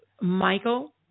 Michael